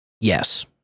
Yes